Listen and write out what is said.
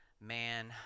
man